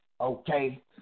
okay